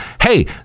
Hey